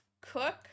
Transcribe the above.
cook